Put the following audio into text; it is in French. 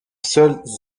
seules